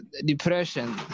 depression